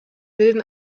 bilden